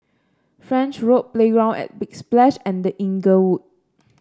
French Road Playground at Big Splash and The Inglewood